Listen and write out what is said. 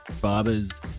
barbers